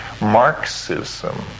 Marxism